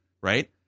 right